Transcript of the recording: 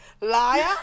liar